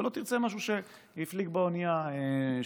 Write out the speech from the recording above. ולא תרצה משהו שהפליג באונייה שבוע.